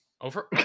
Over